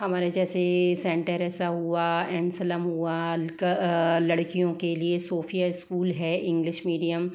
हमारे जैसे saint Teresa हुआ एनस्लम हुआ क लड़कियों के लिए सोफिया स्कूल है इंग्लिश मीडियम